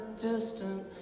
distant